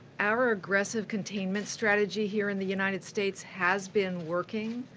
our aggressive containment strategy here in the united states has been working,